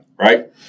right